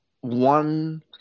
one